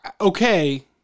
okay